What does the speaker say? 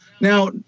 Now